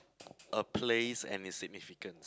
a place and its significance